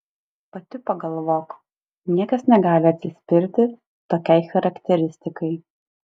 pati pagalvok niekas negali atsispirti tokiai charakteristikai